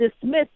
dismissed